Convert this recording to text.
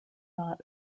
not